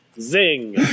Zing